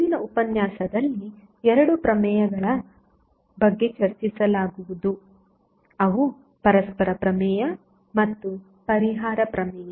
ಇಂದಿನ ಉಪನ್ಯಾಸದಲ್ಲಿ 2 ಪ್ರಮೇಯಗಳ ಬಗ್ಗೆ ಚರ್ಚಿಸಲಾಗುವುದು ಅವು ಪರಸ್ಪರ ಪ್ರಮೇಯ ಮತ್ತು ಪರಿಹಾರ ಪ್ರಮೇಯ